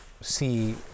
See